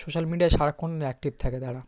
social মিডিয়ায় সারাক্ষন active থাকে তারা